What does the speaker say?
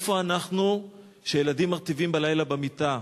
איפה אנחנו כשילדים מרטיבים בלילה במיטה?